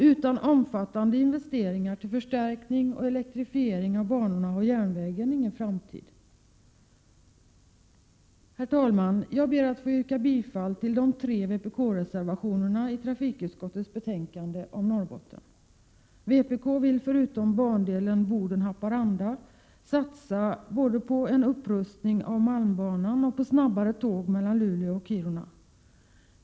Utan omfattande investeringar till förstärkning och elektrifiering av banorna har järnvägen ingen framtid. Herr talman! Jag ber att få yrka bifall till de tre vpk-reservationerna i trafikutskottets betänkade om Norrbotten. Vpk vill förutom bandelen Boden-Haparanda satsa både på en upprustning av malmbanan och på snabbare tåg mellan Luleå och Kiruna.